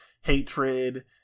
hatred